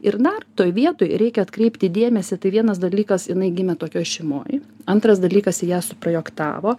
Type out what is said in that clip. ir dar toj vietoj reikia atkreipti dėmesį tai vienas dalykas jinai gimė tokioj šeimoj antras dalykas į ją suprojektavo